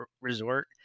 resort